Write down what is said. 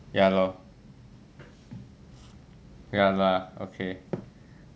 ya lor ya lah okay